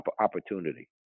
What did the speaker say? Opportunity